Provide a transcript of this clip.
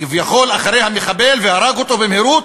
כביכול, אחרי המחבל והרג אותו במהירות.